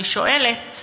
אני שואלת: